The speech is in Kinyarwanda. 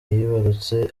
yibarutse